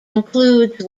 concludes